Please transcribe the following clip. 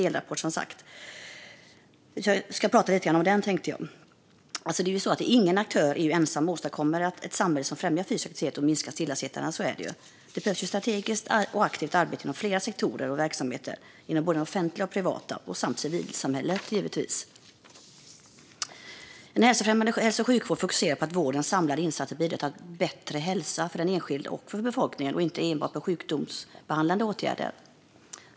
Det är som sagt en delrapport, och jag tänkte prata lite om den. Ingen aktör kan ensam åstadkomma ett samhälle som främjar fysisk aktivitet och minskar stillasittandet. Det behövs ett strategiskt och aktivt arbete inom flera sektorer och verksamheter, både offentliga och privata, samt inom civilsamhället, givetvis. En hälsofrämjande hälso och sjukvård fokuserar på att vårdens samlade insatser ska bidra till bättre hälsa för den enskilde och för befolkningen och inte enbart på sjukdomsbehandlande åtgärder.